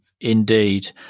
Indeed